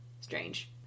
Strange